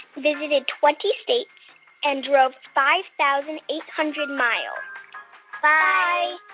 visited twenty states and drove five thousand eight hundred miles bye